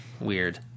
Weird